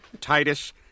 Titus